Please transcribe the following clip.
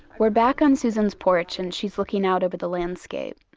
we're back on susan's porch. and she's looking out over the landscape.